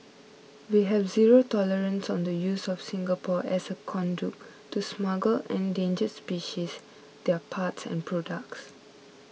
we have zero tolerance on the use of Singapore as a conduit to smuggle endangered species their parts and products